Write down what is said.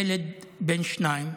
ילד בין שנתיים,